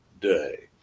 day